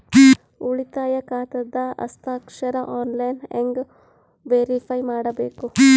ಉಳಿತಾಯ ಖಾತಾದ ಹಸ್ತಾಕ್ಷರ ಆನ್ಲೈನ್ ಹೆಂಗ್ ವೇರಿಫೈ ಮಾಡಬೇಕು?